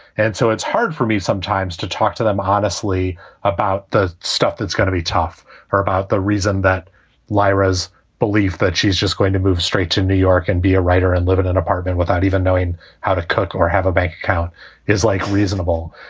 and so it's hard for me sometimes to talk to them honestly about the stuff that's gonna be tough for, about the reason that lyras believe that she's just going to move straight to new york and be a writer and live in an apartment without even knowing how to cook or have a bank account is like reasonable.